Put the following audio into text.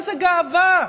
איזה גאווה,